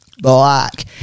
black